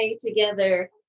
together